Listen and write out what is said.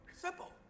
simple